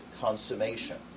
consummation